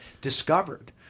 discovered